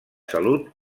salut